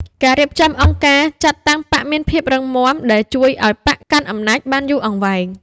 ការរៀបចំអង្គការចាត់តាំងបក្សមានភាពរឹងមាំ ដែលជួយឱ្យបក្សកាន់អំណាចបានយូរអង្វែង។